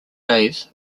days